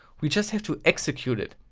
we just have to execute it.